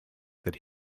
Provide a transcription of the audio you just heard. that